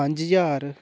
पंज ज्हार